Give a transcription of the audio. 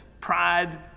pride